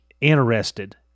interested